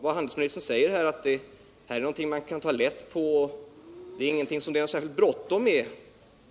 Vad handelsministern här säger ger ju intryck av att detta är någonting man kan ta lätt på och att det inte är någonting som det är särskilt bråttom med.